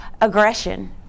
Aggression